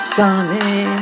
Sunny